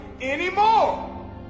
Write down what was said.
anymore